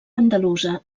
andalusa